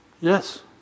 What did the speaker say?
Yes